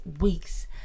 week's